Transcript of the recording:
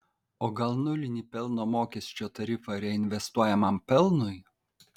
o gal nulinį pelno mokesčio tarifą reinvestuojamam pelnui